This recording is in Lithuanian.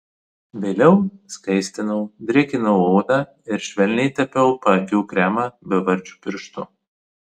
valiau skaistinau drėkinau odą ir švelniai tepiau paakių kremą bevardžiu pirštu